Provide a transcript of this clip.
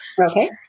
Okay